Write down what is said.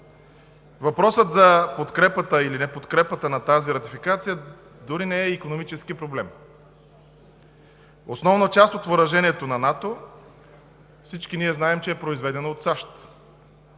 въпросът за подкрепата или неподкрепата на тази ратификация дори не е икономически проблем. Основната част от въоръжението на НАТО всички ние знаем, че е произведено от САЩ.